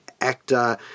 actor